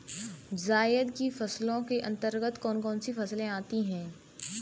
जायद की फसलों के अंतर्गत कौन कौन सी फसलें आती हैं?